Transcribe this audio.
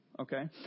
okay